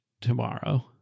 tomorrow